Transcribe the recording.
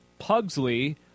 Pugsley